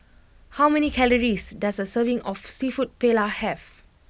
how many calories does a serving of Seafood Paella have